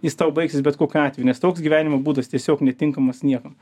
jis tau baigsis bet kokiu atveju nes toks gyvenimo būdas tiesiog netinkamas niekam